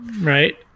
Right